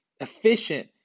efficient